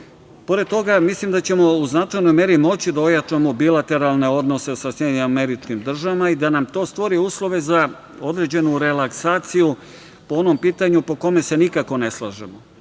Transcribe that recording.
Pored toga, mislim da ćemo u značajnoj meri moći da ojačamo bilateralne odnose sa SAD i da nam to stvori uslove za određenu relaksaciju po onom pitanju po kome se nikako ne slažemo